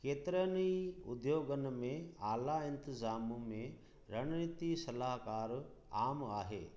केतिरनि ई उद्योगनि में आला इंतिज़ाम में रणनीति सलाहकार आम आहे